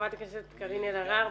חברת הכנסת קארין אלהרר בבקשה.